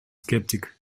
sceptic